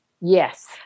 Yes